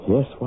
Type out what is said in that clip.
Yes